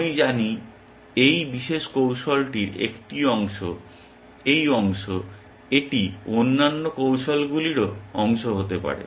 আমি জানি যে এই বিশেষ কৌশলটির এই অংশ এটি অন্যান্য কৌশলগুলিরও অংশ হতে পারে